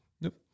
Nope